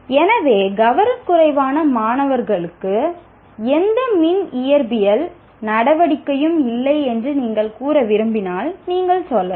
எனவே கவனக்குறைவான மாணவருக்கு எந்த மின் இயற்பியல் நடவடிக்கையும் இல்லை என்று நீங்கள் கூற விரும்பினால் நீங்கள் சொல்லலாம்